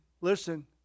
listen